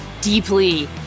deeply